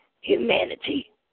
humanity